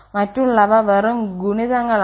മറ്റുള്ളവ വെറും ഗുണിതങ്ങളാണ്